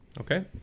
Okay